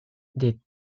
des